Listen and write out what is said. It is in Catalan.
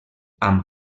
amb